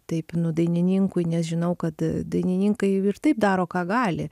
taip nu dainininkui nes žinau kad dainininkai ir taip daro ką gali